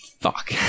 fuck